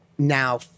Now